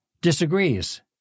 disagrees